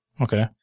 Okay